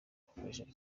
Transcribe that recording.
bakoreshaga